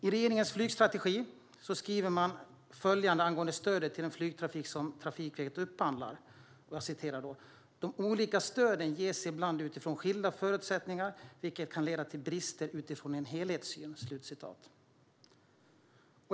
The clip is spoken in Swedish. I regeringens flygstrategi skriver man följande angående stödet till den flygtrafik som Trafikverket upphandlar: De olika stöden ges ibland utifrån skilda förutsättningar, vilket kan leda till brister utifrån en helhetssyn.